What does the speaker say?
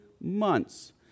months